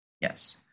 Yes